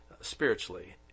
spiritually